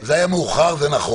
--- זה היה מאוחר, זה נכון.